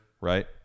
right